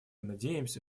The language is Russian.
надеемся